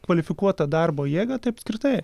kvalifikuotą darbo jėgą tai apskritai